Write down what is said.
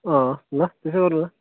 ल त्यसै गरौँ ल